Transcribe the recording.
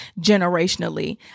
generationally